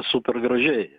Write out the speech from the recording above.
super gražiai